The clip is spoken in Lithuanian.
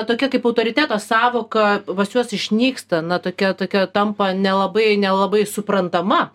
tokia kaip autoriteto sąvoka pas juos išnyksta na tokia tokia tampa nelabai nelabai suprantama